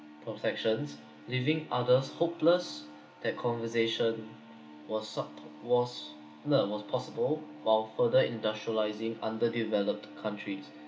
protections leaving others hopeless that conversation was supp~ was le~ was possible while further industrialising underdeveloped countries